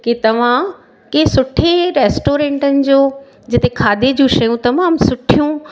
की तव्हां कंहिं सुठी रेस्टोरेंटनि जो जिते खाधे जूं शयूं तमामु सुठियूं ऐं